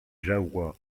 jahoua